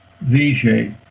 V-shape